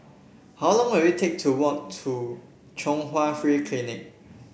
how long will it take to walk to Chung Hwa Free Clinic